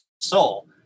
soul